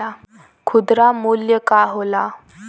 खुदरा मूल्य का होला?